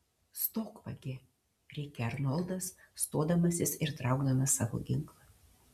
stok vagie rėkė arnoldas stodamasis ir traukdamas savo ginklą